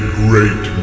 great